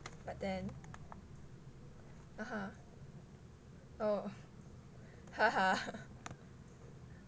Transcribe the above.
but then (uh huh) oh haha